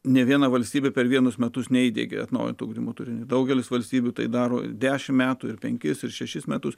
nė viena valstybė per vienus metus neįdiegė atnaujinti ugdymo turinį daugelis valstybių tai daro dešim metų ir penkis ir šešis metus